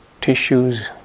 tissues